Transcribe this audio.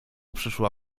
przyszła